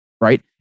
right